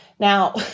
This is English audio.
Now